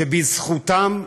שבזכותם,